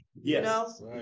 Yes